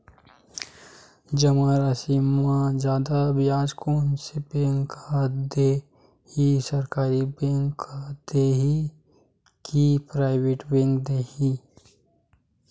जमा राशि म जादा ब्याज कोन से बैंक ह दे ही, सरकारी बैंक दे हि कि प्राइवेट बैंक देहि?